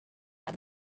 are